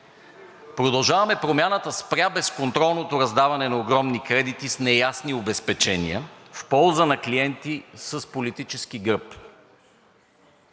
„Продължаваме Промяната“ спря безконтролното раздаване на огромни кредити с неясни обезпечения в полза на клиенти с политически гръб.